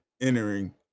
entering